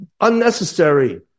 unnecessary